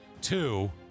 Two